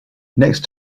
next